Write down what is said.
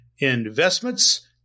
investments